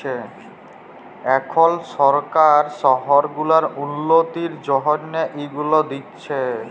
এখল সরকার শহর গুলার উল্ল্যতির জ্যনহে ইগুলা দিছে